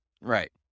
Right